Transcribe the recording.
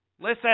Listen